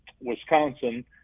Wisconsin